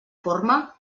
forma